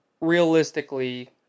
realistically